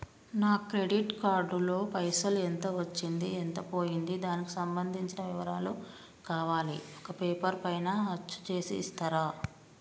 నా credit card లో పైసలు ఎంత వచ్చింది ఎంత పోయింది దానికి సంబంధించిన వివరాలు కావాలి ఒక పేపర్ పైన అచ్చు చేసి ఇస్తరా?